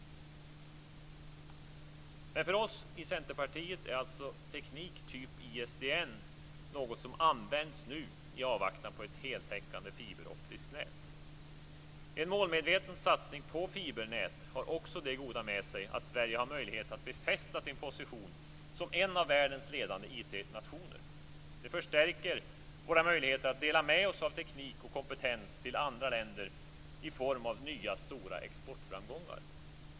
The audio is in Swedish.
Men för oss i Centerpartiet är alltså teknik typ ISDN något som används nu i avvaktan på ett heltäckande fiberoptiskt nät. En målmedveten satsning på fibernät har också det goda med sig att Sverige har möjlighet att befästa sin position som en av världens ledande IT-nationer. Det förstärker våra möjligheter att dela med oss av teknik och kompetens till andra länder i form av nya stora exportframgångar.